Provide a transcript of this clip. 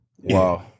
Wow